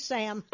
Sam